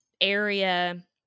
area